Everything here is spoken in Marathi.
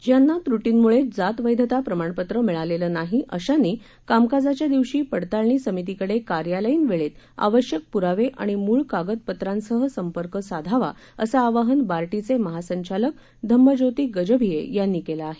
ज्यांना त्रुटींमुळे जात वैधता प्रमाणपत्र मिळालेलं नाही अशांनी कामकाजाच्या दिवशी पडताळणी समितीकडे कार्यालयीन वेळेत आवश्यक पुरावे आणि मूळ कागदपत्रांसह संपर्क साधावा असं आवाहन बार्टीचे महासंचालक धम्मज्योती गजभिये यांनी केले आहे